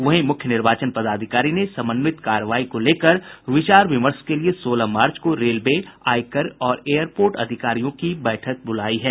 वहीं मुख्य निर्वाचन पदाधिकारी ने समन्वित कार्रवाई को लेकर विचार विमर्श के लिये सोलह मार्च को रेलवे आयकर और एयरपोर्ट अधिकारियों की बैठक बुलायी है